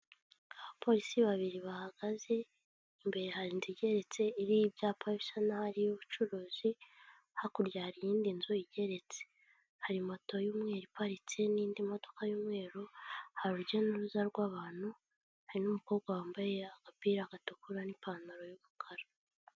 Abapolisi babiri bahagaze, imbere hari inzu igereretse iriho ibyapa bisa nkaho ari iy'ubucuruzi, hakurya hari iyindi nzu igeretse, hari moto y'umweru iparitse n'indi modoka y'umweru, hari urujya n'uruza rw'abantu, hari n'umokobwa wambaye agapira gatukura n'ipantaro y'umukara.